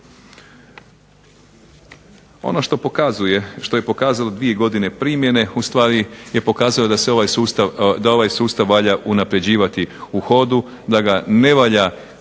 što je pokazalo dvije godine primjene ustvari je pokazalo da se ovaj sustav, da ovaj sustav valja unapređivati u hodu, da ga ne valja